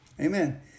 Amen